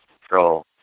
control